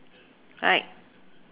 right